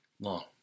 Long